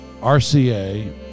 RCA